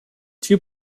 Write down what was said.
two